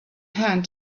hand